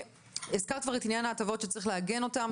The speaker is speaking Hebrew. הזכרת כבר את עניין ההטבות, שצריך לעגן אותן.